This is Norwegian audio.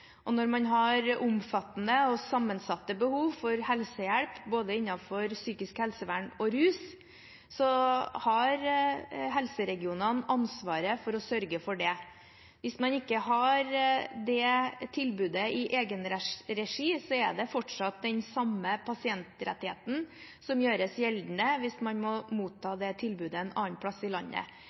både innen psykisk helsevern og rus, har helseregionene ansvaret for å sørge for det. Hvis man ikke har det tilbudet i egen regi, er det fortsatt den samme pasientrettigheten som gjøres gjeldende hvis man må motta det tilbudet et annet sted i landet.